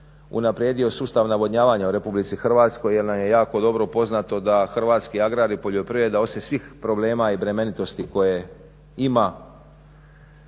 unaprijedio sustav navodnjavanja u RH jer nam je jako dobro poznato da hrvatski agrar i poljoprivreda osim svih problema i bremenitosti koje ima,